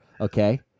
okay